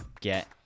get